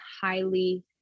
highly